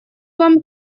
вам